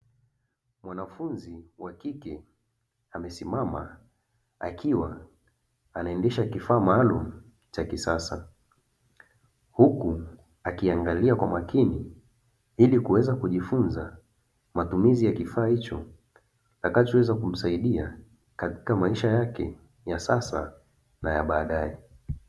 Mwanafunzi wa kike amesimama akiwa anaendesha kifaa maalumu cha kisasa, huku akiwa anaangalia kwa makini ili kuweza kujifunza matumizi ya kifaa hicho, kitakachoweza kumsaidia katika maisha yake ya sasa na ya badae.